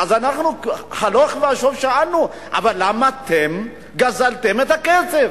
אז הלוך ושוב שאלנו: אבל למה אתם גזלתם מהעובדים את הכסף